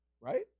Right